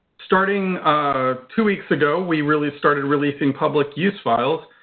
starting ah two weeks ago we really started releasing public use files.